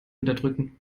unterdrücken